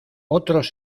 otros